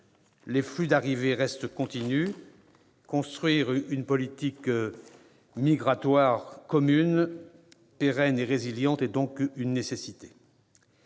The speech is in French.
le flux d'arrivées reste continu. Construire une politique migratoire commune pérenne et résiliente est donc une nécessité.